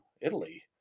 Italy